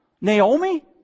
Naomi